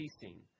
ceasing